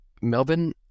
Melbourne